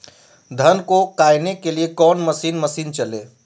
धन को कायने के लिए कौन मसीन मशीन चले?